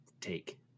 take